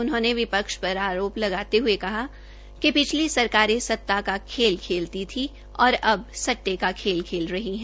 उन्होंने विपक्ष पर आरोप लगाते हऐ कहा कि कि पिछली सरकारें सता का खेल खेलती थी और अब सट्टे का खेल खेल रही है